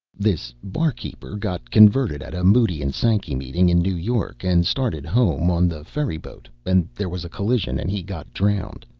this barkeeper got converted at a moody and sankey meeting, in new york, and started home on the ferry-boat, and there was a collision and he got drowned.